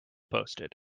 posted